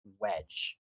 wedge